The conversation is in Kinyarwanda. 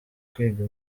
kwiga